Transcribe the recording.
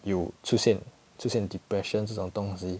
有出现出现 depression 这种东西